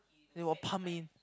they will pump in